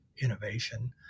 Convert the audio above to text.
innovation